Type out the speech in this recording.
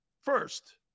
first